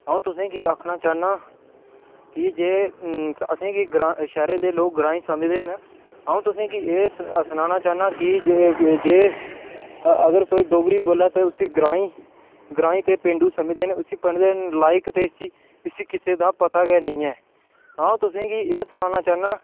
अ'ऊं तुसें गी आखना चाह्न्नां कि जे असें गी ग्रांऽ शैह्रें दे लोक ग्राईं समझदे न अ'ऊं तुसें गी एह् सनाना चाह्न्ना आं के जे अगर कोई डोगरी बोल्लै ते उसी ग्राईं ते पेंडू समझदे न उसी पढ़ने दे लाइक ते इसी किसे दा पता गै नेईं ऐ अ'ऊं तुसें गी एह् सनाना चाह्न्नां की जे